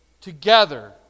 together